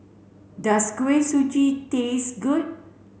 does Kuih Suji taste good